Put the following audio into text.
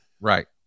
Right